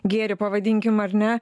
gėrį pavadinkim ar ne